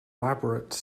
elaborate